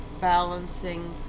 balancing